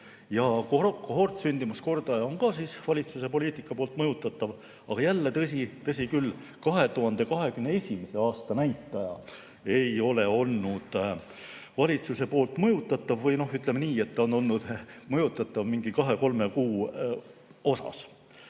Kohortsündimuskordaja on ka valitsuse poliitika poolt mõjutatav, aga jälle, tõsi küll, 2021. aasta näitaja ei olnud valitsuse poolt mõjutatav, või ütleme nii, ta oli mõjutatav kahe-kolme kuu osas.